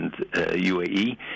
uae